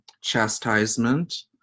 chastisement